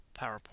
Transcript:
PowerPoint